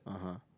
(uh huh)